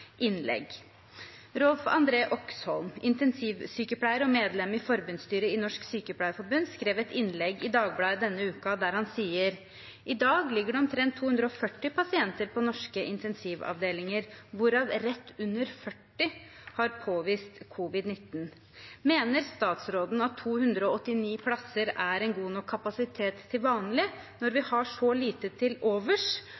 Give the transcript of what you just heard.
innlegg. Rolf-André Oxholm, intensivsykepleier og medlem i forbundsstyret i Norsk Sykepleierforbund, skrev et innlegg i Dagbladet denne uken der han sier: «I dag ligger omtrent 240 pasienter på norske intensivavdelinger, hvorav rett under 40 har påvist covid-19.» Mener statsråden at 289 plasser er en god nok kapasitet til vanlig, når